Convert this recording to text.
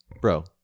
Bro